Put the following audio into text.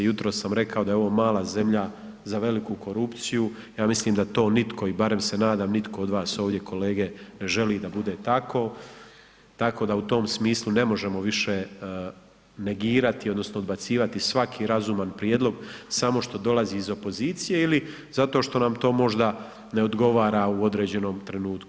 Jutros sam rekao da je ovo mala zemlja za veliku korupciju, ja mislim da to nitko i barem se nadam nitko od vas kolege ovdje ne želi da bude tako, tako da u tom smislu ne možemo više negirati odnosno odbacivati svaki razuman prijedlog samo što dolazi iz opozicije ili zato što nam to možda ne odgovara u određenom trenutku.